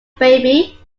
baby